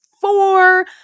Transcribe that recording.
four